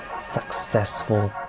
successful